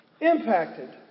impacted